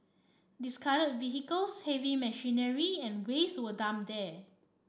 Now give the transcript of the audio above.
discarded vehicles heavy machinery and waste were dumped there